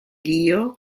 dio